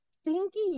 stinky